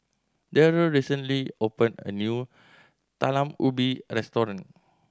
Darrell recently opened a new Talam Ubi restaurant